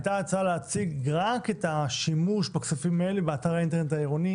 הייתה הצעה להציג רק את השימוש בכספים האלה באתר האינטרנט העירוני,